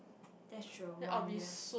that's true one year